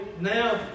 Now